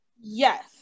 Yes